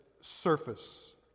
surface